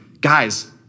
guys